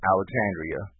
Alexandria